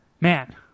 Man